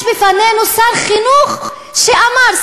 יש לפנינו שר חינוך שאמר,